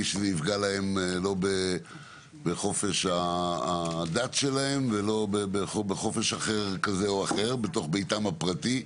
שזה יפגע להם בחופש הדת שלהם או בכל חופש אחר בתוך ביתם הפרטי.